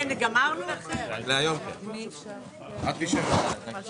ננעלה בשעה 12:05.